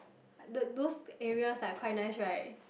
the those areas are quite nice right